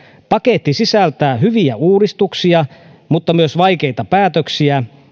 paketti sisältää hyviä uudistuksia mutta myös vaikeita päätöksiä